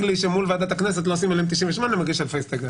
לי שמול ועדת הכנסת לא עושים עליהן 98. אין בעיה.